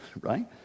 right